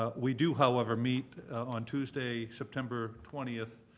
ah we do, however, meet on tuesday, september twentieth,